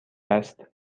است